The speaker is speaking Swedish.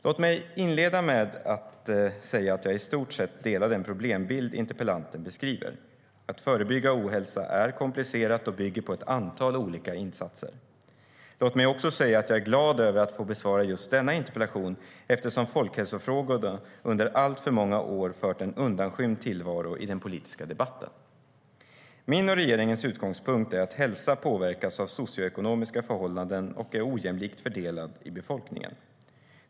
Låt mig inleda med att säga att jag i stort sett delar den problembild interpellanten beskriver. Att förebygga ohälsa är komplicerat och bygger på ett antal olika insatser. Låt mig också säga att jag är glad över att få besvara just denna interpellation, eftersom folkhälsofrågorna under alltför många år fört en undanskymd tillvaro i den politiska debatten. Min och regeringens utgångspunkt är att hälsa påverkas av socioekonomiska förhållanden och är ojämlikt fördelad i befolkningen.